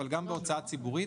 אבל גם בהוצאה ציבורית.